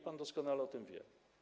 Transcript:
Pan doskonale o tym wie.